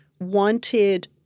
wanted